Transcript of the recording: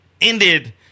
ended